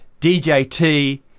DJT